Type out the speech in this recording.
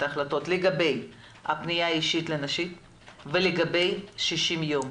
ההחלטות לגבי הפנייה האישית לנשים ולגבי 60 הימים,